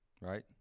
right